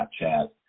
Snapchat